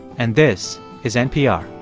and this is npr